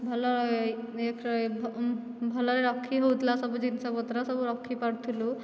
ଭଲ ଭଲରେ ରଖି ହେଉଥିଲା ସବୁ ଜିନିଷପତ୍ର ସବୁ ରଖିପାରୁଥିଲୁ